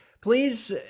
please